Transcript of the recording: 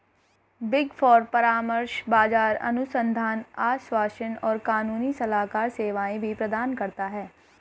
big four परामर्श, बाजार अनुसंधान, आश्वासन और कानूनी सलाहकार सेवाएं भी प्रदान करता है